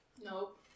Nope